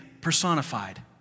personified